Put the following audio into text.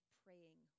praying